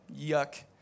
yuck